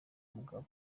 mugabo